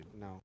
No